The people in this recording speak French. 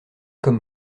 comme